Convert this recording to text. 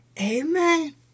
Amen